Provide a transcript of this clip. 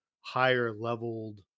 higher-leveled